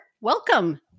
welcome